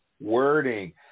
wording